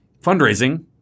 fundraising